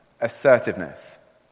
assertiveness